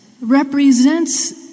represents